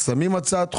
שמים הצעת חוק,